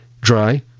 dry